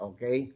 Okay